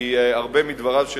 כי הרבה מדבריו של